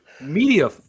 media